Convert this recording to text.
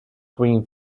green